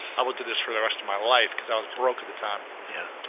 i will do this for the rest of my life, cause i was broke at the time. yeah.